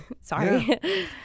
sorry